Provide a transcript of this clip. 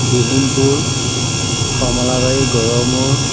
Bihimpur Kamalabari Garmur